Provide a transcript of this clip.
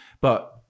but-